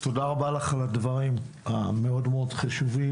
תודה רבה לך על הדברים המאוד-מאוד חשובים.